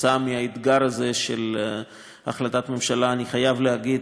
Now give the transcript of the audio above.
ועקב האתגר הזה של החלטת ממשלה, אני חייב להגיד,